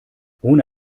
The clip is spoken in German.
ohne